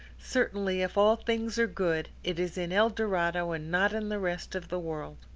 certainly, if all things are good, it is in el dorado and not in the rest of the world.